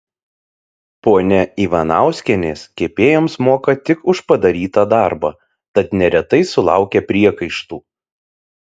ponia ivanauskienės kepėjoms moka tik už padarytą darbą tad neretai sulaukia priekaištų